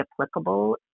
applicable